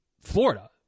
Florida